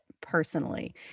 personally